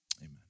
Amen